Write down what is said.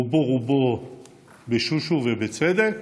רובם ב"שושו", ובצדק,